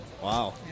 Wow